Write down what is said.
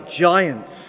giants